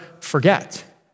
forget